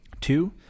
Two